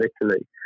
Italy